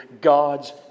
God's